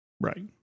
Right